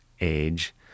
age